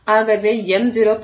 ஆகவே m 0